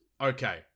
Okay